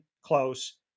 close